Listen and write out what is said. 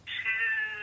two